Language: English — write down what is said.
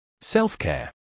Self-Care